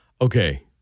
okay